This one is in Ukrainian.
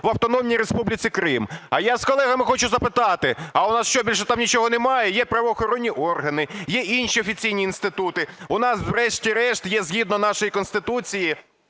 в Автономній Республіці Крим. А я з колегами хочу запитати: а в нас що, більше там нічого немає? Є правоохоронні органи, є інші офіційні інститути. У нас врешті-решт є, згідно нашої Конституції,